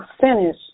finish